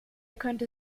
könnte